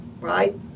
right